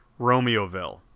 Romeoville